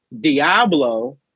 Diablo